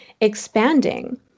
expanding